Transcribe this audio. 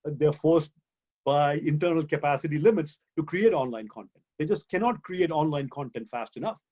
they're forced by internal capacity limits to create online content. they just cannot create online content fast enough.